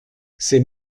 c’est